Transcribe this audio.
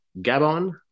Gabon